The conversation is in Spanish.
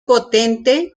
potente